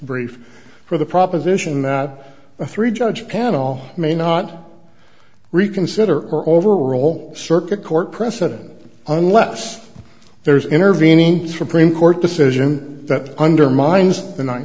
brief for the proposition that a three judge panel may not reconsider overrule circuit court precedent unless there's an intervening supreme court decision that undermines the ninth